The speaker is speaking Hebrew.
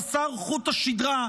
חסר חוט השדרה,